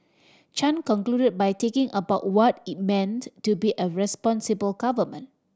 Chan conclusion by taking about what it meant to be a responsible government